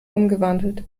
umgewandelt